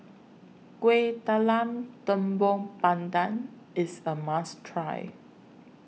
Kuih Talam Tepong Pandan IS A must Try